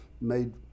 made